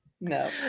No